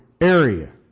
area